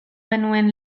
nuen